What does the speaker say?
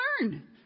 learn